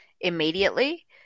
immediately